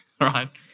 right